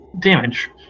damage